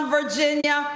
Virginia